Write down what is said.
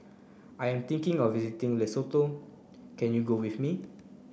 I am thinking of visiting Lesotho can you go with me